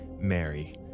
Mary